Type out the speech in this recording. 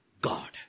God